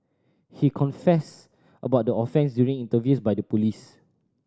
he confessed about the offence during interviews by the police